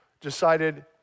decided